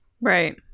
right